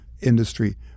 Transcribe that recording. industry